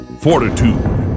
Fortitude